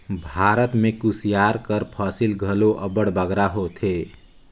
भारत में कुसियार कर फसिल घलो अब्बड़ बगरा होथे